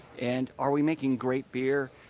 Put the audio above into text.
and are we making great beer?